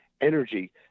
energy